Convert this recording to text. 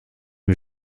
wir